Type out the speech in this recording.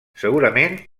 segurament